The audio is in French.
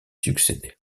succéder